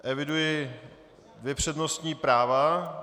Eviduji dvě přednostní práva.